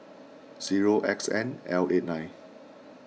zero X N L eight nine